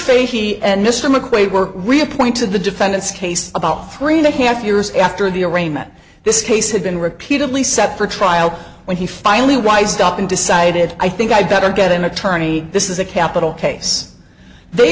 fay she and mr mcquade were reappointed the defendants case about three and a half years after the arraignment this case had been repeatedly set for trial when he finally wised up and decided i think i'd better get an attorney this is a capital case they